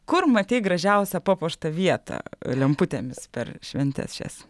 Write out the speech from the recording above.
kur matei gražiausią papuoštą vietą lemputėmis per šventes šias